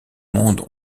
monde